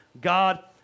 God